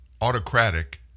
Autocratic